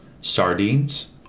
sardines